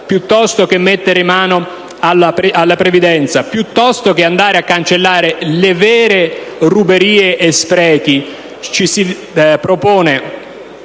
piuttosto che mettere mano alla previdenza, piuttosto che cancellare le vere ruberie e i veri sprechi, si propone